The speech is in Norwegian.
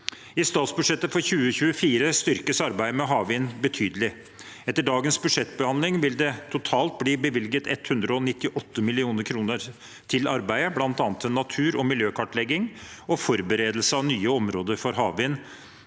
I statsbudsjettet for 2024 styrkes arbeidet med havvind betydelig. Etter dagens budsjettbehandling vil det totalt bli bevilget 198 mill. kr til arbeidet, bl.a. til naturog miljøkartlegging og forberedelse av nye områder for havvind.